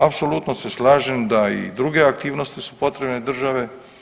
Apsolutno se slažem da i druge aktivnosti su potrebne državi.